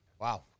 Wow